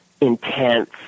intense